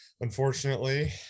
unfortunately